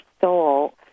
soul